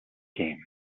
games